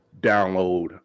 download